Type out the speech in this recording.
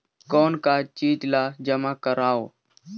कौन का चीज ला जमा करवाओ?